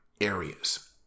areas